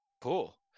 Cool